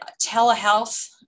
telehealth